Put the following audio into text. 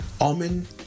almond